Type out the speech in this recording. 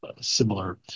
similar